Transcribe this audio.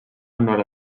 nord